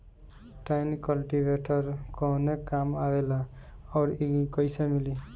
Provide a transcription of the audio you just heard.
Tine cultivator कवने काम आवेला आउर इ कैसे मिली?